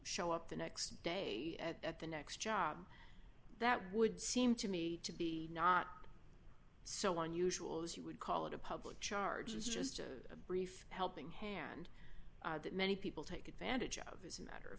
show up the next day at the next job that would seem to me to be not so unusual as you would call it a public charges just a brief helping hand that many people take advantage of is a matter of